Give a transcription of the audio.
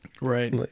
Right